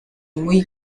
muy